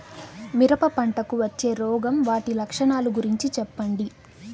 మిరప పంటకు వచ్చే రోగం వాటి లక్షణాలు గురించి చెప్పండి?